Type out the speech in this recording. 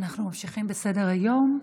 אנחנו ממשיכים בסדר-היום,